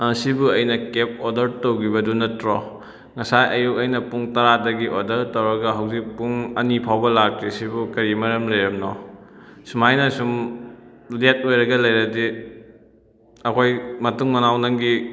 ꯁꯤꯕꯨ ꯑꯩꯅ cab order ꯇꯧꯈꯤꯕꯗꯨ ꯅꯠꯇ꯭ꯔꯣ ꯉꯁꯥꯏ ꯑꯌꯨꯛ ꯑꯩꯅ ꯄꯨꯡ ꯇꯔꯥꯗꯒꯤ ꯑꯣꯗꯔ ꯇꯧꯔꯒ ꯍꯧꯖꯤꯛ ꯄꯨꯡ ꯑꯅꯤ ꯐꯥꯎꯕ ꯂꯥꯛꯇ꯭ꯔꯤꯕꯁꯤꯕꯨ ꯀꯔꯤ ꯃꯔꯝ ꯂꯩꯔꯕꯅꯣ ꯁꯨꯃꯥꯏꯅ ꯁꯨꯝ ꯂꯦꯠ ꯑꯣꯏꯔꯒ ꯂꯩꯔꯗꯤ ꯑꯩꯈꯣꯏ ꯃꯇꯨꯡ ꯃꯅꯥꯎ ꯅꯪꯒꯤ